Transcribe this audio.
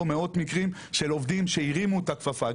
מאות מקרים של עובדים שהרימו את הכפפה,